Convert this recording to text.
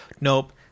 Nope